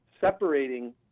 separating